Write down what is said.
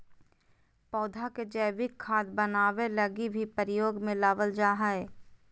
पौधा के जैविक खाद बनाबै लगी भी प्रयोग में लबाल जा हइ